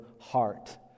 heart